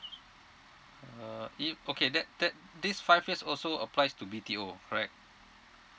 uh if okay that that this five years also applies to B_T_O correct